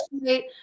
great